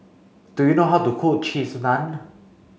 do you know how to cook cheese naan